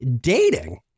dating